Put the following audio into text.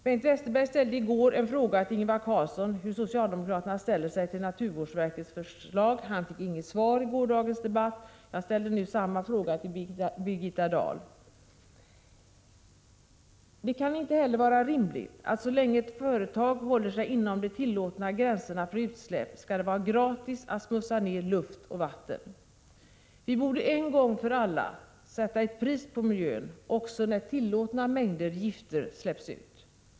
Bengt Westerberg ställde i går en fråga till Ingvar Carlsson hur socialdemokraterna ställde sig till naturvårdsverkets förslag. Han fick inget svar. Jag ställer nu samma fråga till Birgitta Dahl. Det kan inte heller vara rimligt att så länge ett företag håller sig inom de tillåtna gränserna för utsläpp skall det vara gratis att smutsa ner luft och vatten. Vi borde en gång för alla sätta ett pris på miljön, också när tillåtna mängder gifter släpps ut.